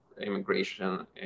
immigration